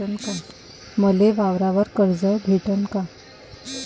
मले वावरावर कर्ज भेटन का?